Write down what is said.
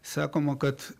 sakoma kad